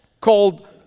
called